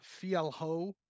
Fialho